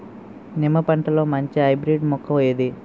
నిమ్మ పంటలో మంచి హైబ్రిడ్ మొక్క ఏది?